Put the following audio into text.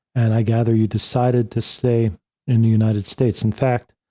and i gather you decided to stay in the united states. in fact,